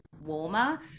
warmer